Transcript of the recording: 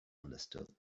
understood